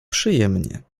przyjemnie